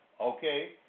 Okay